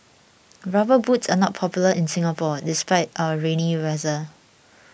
rubber boots are not popular in Singapore despite our rainy weather